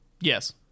yes